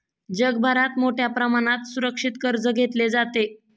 जगभरात मोठ्या प्रमाणात सुरक्षित कर्ज घेतले जाते